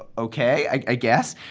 ok, i guess.